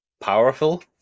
powerful